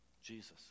Jesus